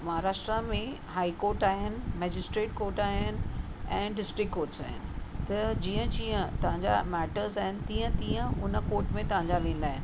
महाराष्ट्र में high court आहिनि magistrate court आहिनि ऐं डिस्ट्रिक्ट कोर्ट्स आहिनि त जीअं जीअं तव्हांजा मैटर्स आहिनि तीअं तीअं हुन कोर्ट में तव्हांजा वेंदा आहिनि